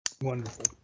Wonderful